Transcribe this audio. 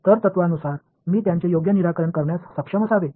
तर तत्त्वानुसार मी त्यांचे योग्य निराकरण करण्यास सक्षम असावे